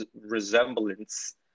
resemblance